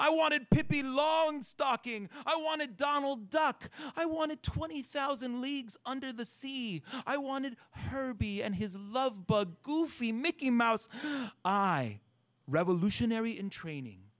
i wanted pippi longstocking i want to donald duck i want to twenty thousand leagues under the sea i wanted her to be and his love bug goofy mickey mouse i revolutionary in training